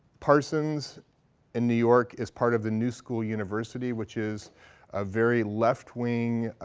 parsons in new york is part of the new school university, which is a very left-wing